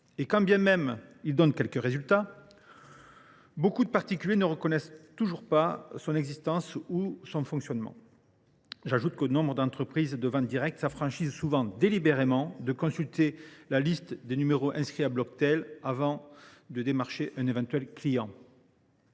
Et même s’il donne quelques résultats, beaucoup de particuliers ne connaissent toujours pas son existence ou son fonctionnement. J’ajoute que nombre d’entreprises de vente directe s’affranchissent, souvent délibérément, de consulter la liste des numéros inscrits sur Bloctel avant de démarcher un éventuel client.